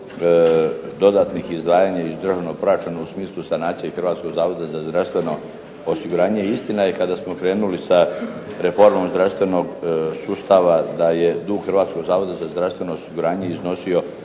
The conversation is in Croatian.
Hrvatskog zavoda za zdravstveno osiguranje.